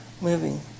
moving